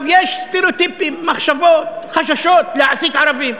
יש סטריאוטיפים, מחשבות, חששות להעסיק ערבים.